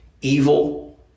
evil